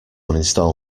uninstall